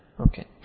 okay